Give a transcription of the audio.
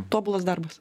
tobulas darbas